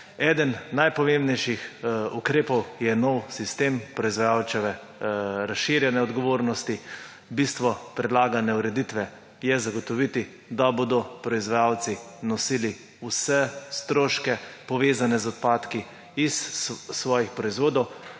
Eden najpomembnejših ukrepov je novi sistem proizvajalčeve razširjene odgovornosti. Bistvo predlagane ureditve je zagotoviti, da bodo proizvajalci nosili vse stroške, povezane z odpadki iz svojih proizvodov,